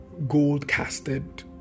gold-casted